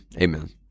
Amen